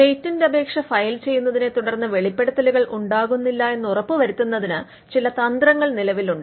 patent അപേക്ഷ file ചെയ്യുന്നതിനെ തുടർന്ന് വെളിപ്പെടുത്തലുകൾ ഉണ്ടാകുന്നില്ല എന്ന് ഉറപ്പുവരുത്തുന്നതിന് ചില തന്ത്രങ്ങൾ നിലവിലുണ്ട്